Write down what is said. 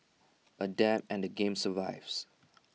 adapt and the game survives